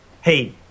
hey